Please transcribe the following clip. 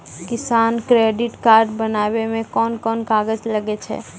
किसान credit card बनाबै मे कोन कोन कागज लागै छै?